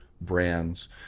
brands